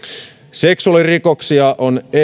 seksuaalirikoksia on